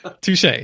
touche